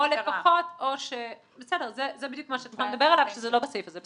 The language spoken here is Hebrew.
נדבר עליו, זה לא בסעיף הזה.